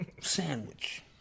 sandwich